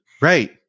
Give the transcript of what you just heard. right